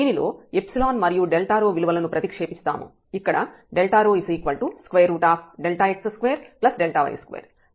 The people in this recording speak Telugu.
దీనిలో మరియు Δρ విలువలను ప్రతిక్షేపిస్తాము ఇక్కడ Δx2Δy2